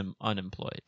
unemployed